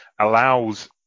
allows